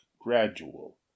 gradual